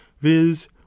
viz